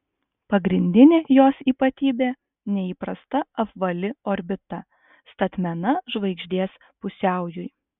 pagrindinė jos ypatybė neįprasta apvali orbita statmena žvaigždės pusiaujui